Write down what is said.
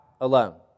alone